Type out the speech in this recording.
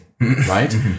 right